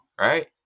Right